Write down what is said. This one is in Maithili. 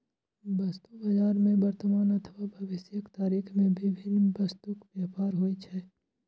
वस्तु बाजार मे वर्तमान अथवा भविष्यक तारीख मे विभिन्न वस्तुक व्यापार होइ छै